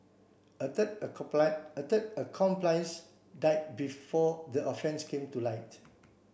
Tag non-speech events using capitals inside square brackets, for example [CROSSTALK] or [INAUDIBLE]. a third [UNINTELLIGIBLE] a third accomplice died before the offences came to light